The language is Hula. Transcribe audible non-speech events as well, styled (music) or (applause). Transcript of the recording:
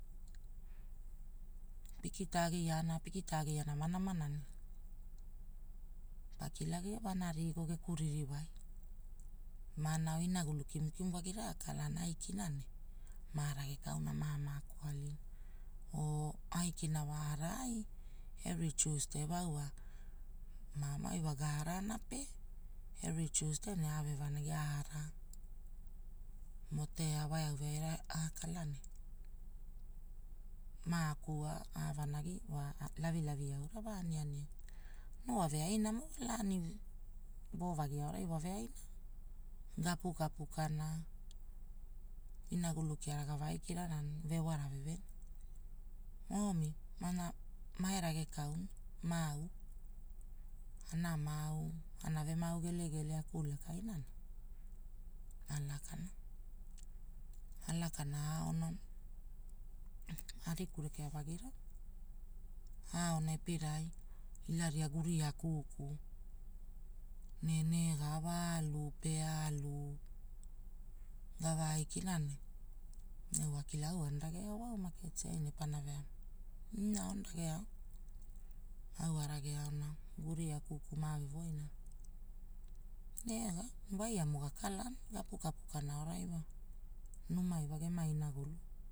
Pikita agiana, pikita agia nama nama ne, pakilagia wa ana rigo geku ririwai. Mana ao inagulu kimu kimura ana kala vaa aikia ne, ma ragekauna mamaako alina, oo akina wa arai, evri Tiusdei ai wa wa, mamai wa gaavaana pe, evri Tiusdei ne ave vanagi ne araa. Motea wa eau veaira akalana. Maaukwaua maa vavanagi (hesitation) lavilavi aura wa aniani, noo wave ainamo laani, wovagi aonai wa ve aina, gapuka pikana. Inagulu kiara gava aikirana ne vewara veveni, omi, na- mae ragekau, mau. Aana mau anave maau gelegele akulakaina ma lakana, alakana aona, ariku rekea wagia aona epirai ila ria guria kuku. Ne nega wa alu pe alu, gavaa aikina ne, au akilao au ana rageo wau maketi ai ne mapana veamai, ina ono rageo. Au avage aona guria kuku mave woina ne nega waiamo gakana, gapuka puka avai wa, numai wa gema inagulu